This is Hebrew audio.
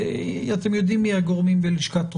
אתם יודעים מי הגורמים בלשכת רוה"מ,